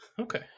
Okay